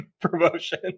promotion